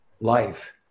life